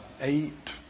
eight